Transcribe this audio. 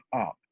up